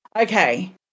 Okay